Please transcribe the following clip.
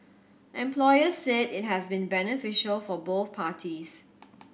employers said it has been beneficial for both parties